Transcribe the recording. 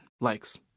likes